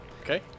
Okay